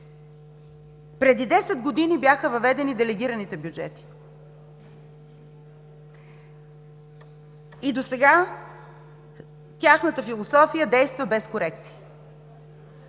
Преди 10 години бяха въведени делегираните бюджети. Досега тяхната философия действа без корекции,